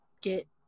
get